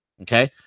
Okay